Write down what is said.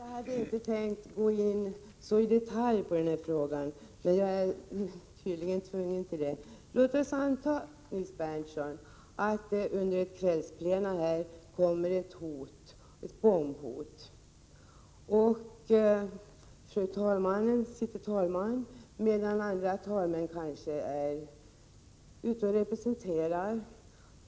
Fru talman! Jag hade inte tänkt gå in i detalj på den här frågan, men jag är tydligen tvungen att göra det. Låt oss anta, Nils Berndtson, att det kommer ett bombhot här under ett kvällsplenum. Fru talmannen tjänstgör som talman, medan andra talmän kanske är ute och representerar.